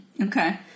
Okay